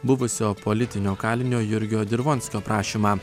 buvusio politinio kalinio jurgio dirvonskio prašymą